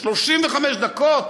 35 דקות